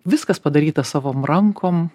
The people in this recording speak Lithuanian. viskas padaryta savom rankom